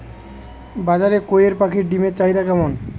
বাজারে কয়ের পাখীর ডিমের চাহিদা কেমন?